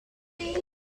inkopen